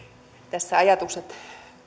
kuunnellessani ajatukset